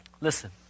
listen